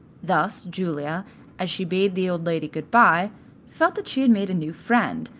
thus julia as she bade the old lady good-bye felt that she had made a new friend,